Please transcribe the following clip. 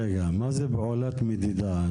מה זה פעולת מדידה?